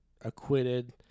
acquitted